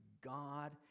God